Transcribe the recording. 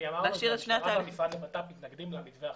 המשטרה והמשרד לביטחון פנים מתנגדים למתווה החלופי.